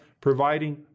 providing